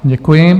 Děkuji.